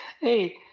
Hey